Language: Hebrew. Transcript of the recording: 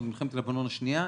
עוד ממלחמת לבנון השנייה,